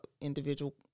individual